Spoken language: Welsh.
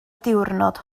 diwrnod